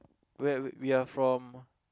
wait we are from